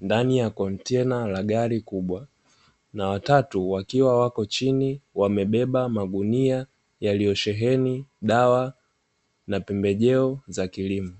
ndani ya kontena la gari kubwa, na watatu wakiwa wako chini wamebeba magunia yaliyosheheni dawa na pembejeo za kilimo.